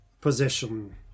possession